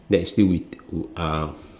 that still is uh